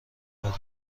بدونم